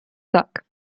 так